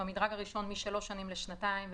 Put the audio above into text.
במדרג הראשון - משלוש שנים לשנתיים,